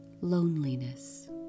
Loneliness